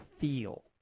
feel